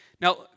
Now